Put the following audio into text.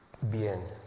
Bien